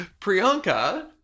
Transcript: priyanka